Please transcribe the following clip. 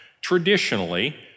traditionally